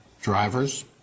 drivers